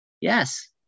Yes